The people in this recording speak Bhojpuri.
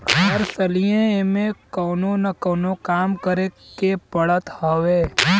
हर सलिए एमे कवनो न कवनो काम करे के पड़त हवे